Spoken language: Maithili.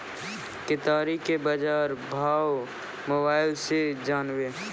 केताड़ी के बाजार भाव मोबाइल से जानवे?